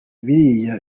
biriya